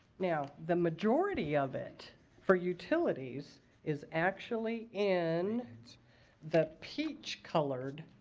now, the majority of it for utilities is actually in the peach colored,